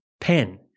pen